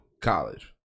College